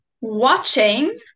Watching